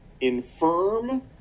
infirm